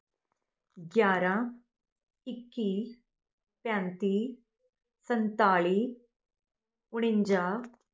ਗਿਆਰਾਂ ਇੱਕੀ ਪੈਂਤੀ ਸੰਤਾਲੀ ਉਣੰਜਾ